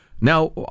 Now